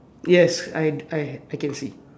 yes I I I can see